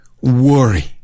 worry